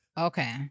Okay